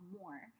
more